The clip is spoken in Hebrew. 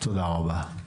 תודה רבה.